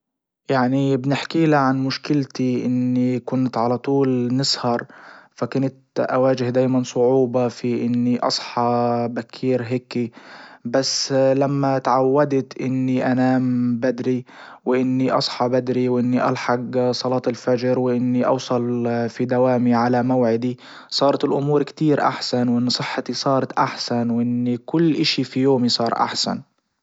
يعني بنحكيلا عن مشكلتي اني كنت على طول نسهر فكنت اواجه دايما صعوبة في اني اصحى بكير هيكر بس لما تعودت اني انام بدري واني اصحى بدري واني الحج صلاة الفجر واني اوصل في دوامي على موعدي صارت الامور كتير احسن وانه صحتي صارت احسن واني كل اشي في يومي صار احسن.